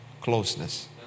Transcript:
closeness